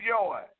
joy